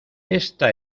esta